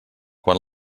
quan